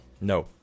No